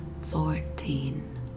Fourteen